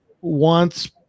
wants